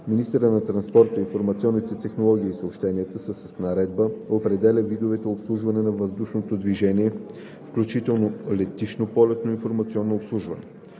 Министърът на транспорта, информационните технологии и съобщенията с наредба определя видовете обслужване на въздушното движение, включително летищно полетно информационно обслужване.“